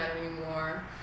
anymore